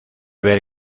ver